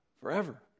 forever